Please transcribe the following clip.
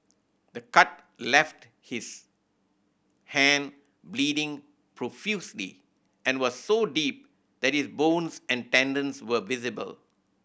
the cut left his hand bleeding profusely and was so deep that his bones and tendons were visible